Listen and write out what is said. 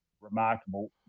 remarkable